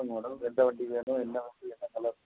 சொல்லுங்க மேடம் எந்த வண்டி வேணும் என்ன வண்டி என்ன கலர்